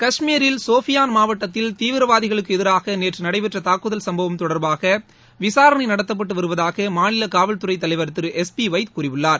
கஷ்மீரில் சோபியான் மாவட்டத்தில் தீவிரவாதிகளுக்கு எதிராக நேற்று நடைபெற்ற தாக்குதல் சம்பவம் தொடர்பாக விசாரணை நடத்தப்பட்டு வருவதாக மாநில காவல்துறை தலைவர் திரு எஸ் பி வைத் கூறியுள்ளார்